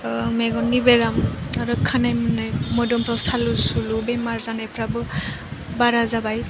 मेगननि बेराम आरो खानाइ मोन्नाय मोदोमफ्राव सालु सुलु बेमार जानायफ्राबो बारा जाबाय